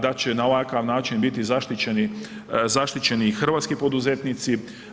Da će na ovakav način biti zaštićeni i hrvatski poduzetnici.